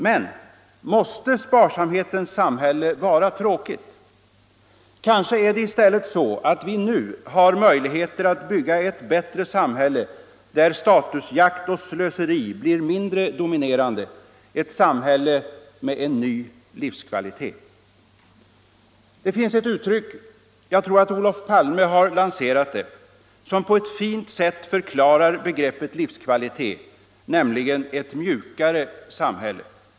Men — måste sparsamhetens samhälle vara tråkigt? Kanske är det i stället så att vi nu har möjligheter att bygga ett bättre samhälle, där statusjakt och slöseri blir mindre. dominerande. Ett samhälle med en ny livskvalitet! Det finns ett uttryck — jag tror att Olof Palme har lanserat det — som på ett fint sätt förklarar begreppet livskvalitet, nämligen ”ett mjukare samhälle”.